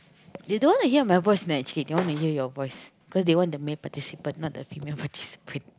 they don't want to hear my voice leh actually they want to hear your voice cause they want the male participant not the female participant